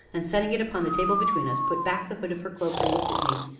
and, setting it upon the table between us, put back the hood of her cloak, and looked at me,